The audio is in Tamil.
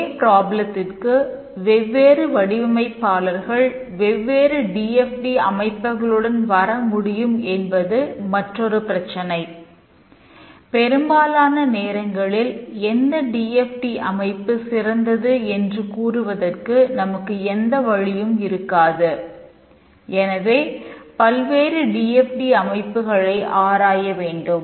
ஒரே ப்ராப்ளத்திற்கு அமைப்புகளை ஆராய வேண்டும்